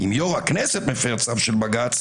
אם יושב-ראש הכנסת מפר צו של בג"ץ,